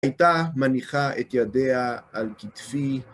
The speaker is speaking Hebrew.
הייתה מניחה את ידיה על כתפי...